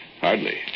Hardly